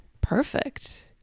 perfect